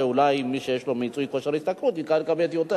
שאולי מי שיש לו מיצוי כושר השתכרות יקבל יותר.